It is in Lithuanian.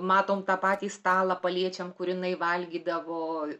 matom tą patį stalą paliečiam kur jinai valgydavo